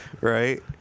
Right